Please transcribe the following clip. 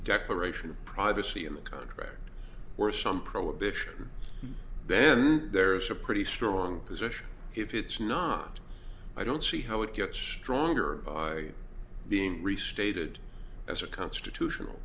declaration of privacy in the contract or some prohibition then there's a pretty strong position if it's not i don't see how it gets stronger being restated as a constitutional